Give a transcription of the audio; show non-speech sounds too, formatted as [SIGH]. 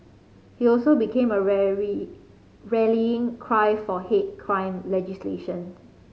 he also became a [UNINTELLIGIBLE] rallying cry for hate crime legislation